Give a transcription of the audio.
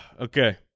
Okay